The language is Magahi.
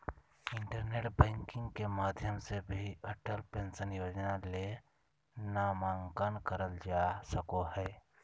इंटरनेट बैंकिंग के माध्यम से भी अटल पेंशन योजना ले नामंकन करल का सको हय